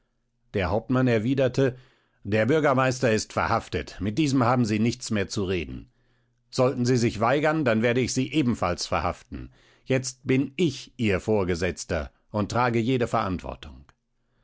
der hauptmann erwiderte der bürgermeister ist verhaftet mit diesem haben sie nichts mehr zu reden sollten sie sich weigern dann werde ich sie ebenfalls verhaften jetzt bin ich ihr vorgesetzter und trage jede verantwortung